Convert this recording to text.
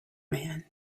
man